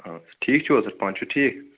آ ٹھیٖک چھُو حظ پانہٕ چھُوٕ ٹھیٖک